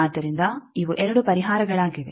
ಆದ್ದರಿಂದ ಇವು 2 ಪರಿಹಾರಗಳಾಗಿವೆ